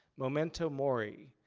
momento mori,